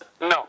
No